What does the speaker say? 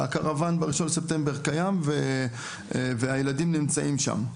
והקרוואן ב-1 בספטמבר קיים והילדים נמצאים שם.